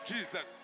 Jesus